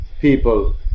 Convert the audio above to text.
people